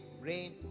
rain